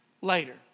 later